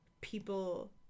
People